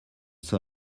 saw